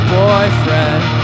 boyfriend